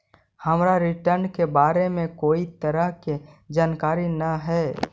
हमरा रिटर्न के बारे में कोई तरह के जानकारी न हे